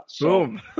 boom